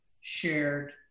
shared